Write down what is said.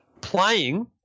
playing –